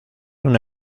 una